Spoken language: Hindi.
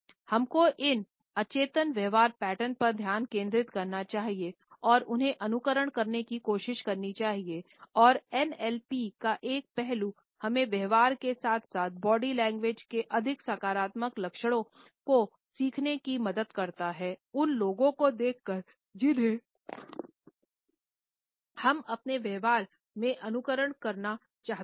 हम को इन अचेतन व्यवहार पैटर्न पर ध्यान केंद्रित करना चाहिए और उन्हें अनुकरण करने की कोशिश करनी चाहिए और एनएलपी का यह पहलू हमें व्यवहार के साथ साथ बॉडी लैंग्वेज के अधिक सकारात्मक लक्षणों को सीखने में मदद करता है उन लोगों को देखकर जिन्हें हम अपने व्यवहार में अनुकरण करना चाहते हैं